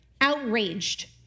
outraged